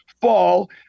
fall